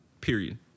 Period